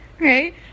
Right